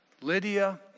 Lydia